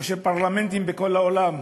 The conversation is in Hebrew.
כאשר פרלמנטים בכל העולם,